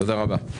תודה רבה.